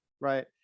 right